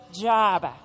job